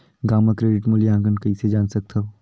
गांव म क्रेडिट मूल्यांकन कइसे जान सकथव?